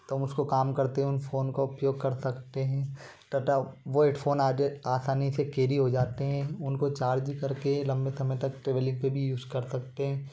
तुम हम उसको काम करते उन फ़ोन का उपयोग कर सकते हैं तथा वो हेडफ़ोन आज आसानी से कैरी हो जाते हैं उनको चार्ज कर के लम्बे समय तक ट्रवलिंग पर भी यूज़ कर सकते हैं